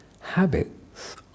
Habits